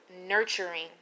nurturing